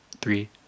three